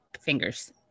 fingers